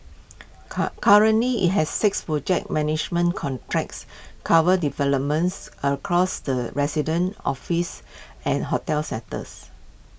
currently IT has six project management contracts covering developments across the resident office and hotel sectors